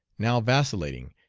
now vacillating,